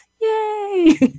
Yay